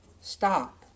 stop